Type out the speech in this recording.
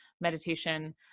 meditation